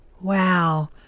wow